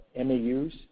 MAUs